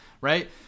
right